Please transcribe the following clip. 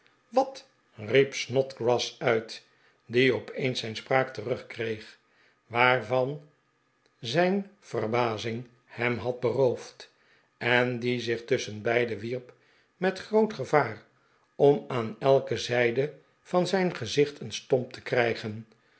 wat riep snodgrass uit die opeens zijn spraak terugkreeg waarvan zijn verbazing hem had beroofd en die zich tussehen beiden wierp met groot gevaar om aan elke zijde van zijn gezicht een stomp te krijgen